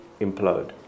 implode